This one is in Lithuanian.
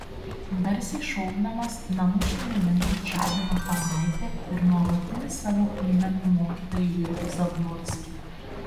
garsiai šaukdamas namų šeimininkas žadino tarnaitę ir nuolatinį savo įnamį mokytoją jurgį zablockį